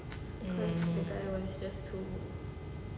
hmm